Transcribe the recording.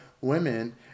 women